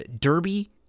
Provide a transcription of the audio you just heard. derby